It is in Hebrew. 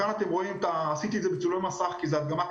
כאן אתם רואים בצילום מסך הדגמה קצרה: